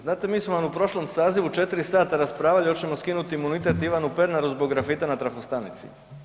Znate mi smo vam u prošlom sazivu 4 sata raspravljali hoćemo skinuti imunitet Ivanu Pernaru zbog grafita na trafostanici.